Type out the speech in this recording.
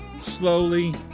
Slowly